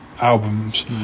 albums